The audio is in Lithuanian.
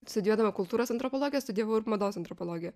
studijuodama kultūros antropologiją studijavau ir mados antropologiją